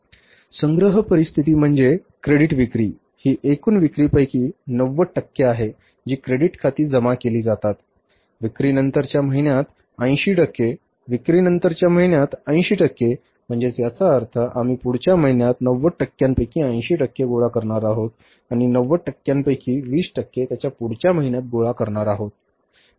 संग्रह परिस्थिती म्हणजे क्रेडिट विक्री ही एकूण विक्रीपैकी 90 टक्के आहे जी क्रेडिट खाती जमा केली जातात विक्रीनंतरच्या महिन्यात 80 टक्के विक्रीनंतरच्या महिन्यात 80 टक्के म्हणजे याचाच अर्थ आम्ही पुढच्या महिन्यात 90 टक्क्यांपैकी 80 टक्के गोळा करणार आहोत आणि 90 टक्क्यांपैकी 20 टक्के त्याच्या पुढच्या महिन्यात गोळा करणार आहोत